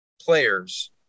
players